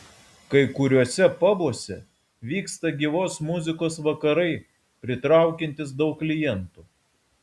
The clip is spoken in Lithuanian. kai kuriuose pabuose vyksta gyvos muzikos vakarai pritraukiantys daug klientų